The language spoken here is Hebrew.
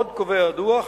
עוד קובע הדוח